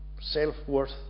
self-worth